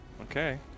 Okay